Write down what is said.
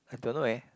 I don't know eh